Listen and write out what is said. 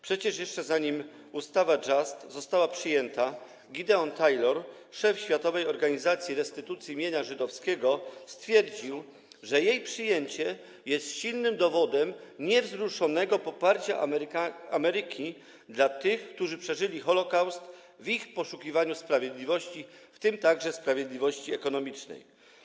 Przecież jeszcze zanim ustawa Just została przyjęta, Gideon Taylor, szef Światowej Organizacji Restytucji Mienia Żydowskiego, stwierdził że jej przyjęcie: jest silnym dowodem niewzruszonego poparcia Ameryki dla tych, którzy przeżyli Holokaust, w ich poszukiwaniu sprawiedliwości, w tym także sprawiedliwości ekonomicznej.